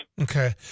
Okay